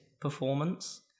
performance